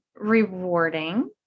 rewarding